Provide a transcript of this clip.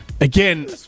Again